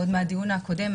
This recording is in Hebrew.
ועוד מהדיון הקודם,